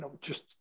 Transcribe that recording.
just-